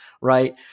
right